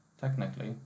technically